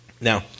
Now